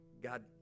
god